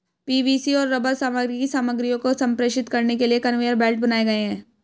PVC और rubber सामग्री की सामग्रियों को संप्रेषित करने के लिए कन्वेयर बेल्ट बनाए गए हैं